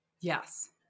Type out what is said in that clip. Yes